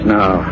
now